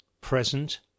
present